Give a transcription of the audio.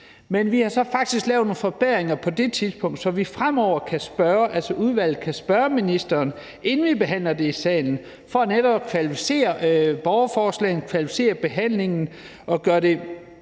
Men vi lavede faktisk nogle forbedringer på det tidspunkt, så udvalget fremover kan stille spørgsmål til ministeren, inden vi behandler dem i salen, for netop at kvalificere borgerforslagene, kvalificere behandlingen og gøre